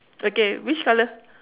okay which colour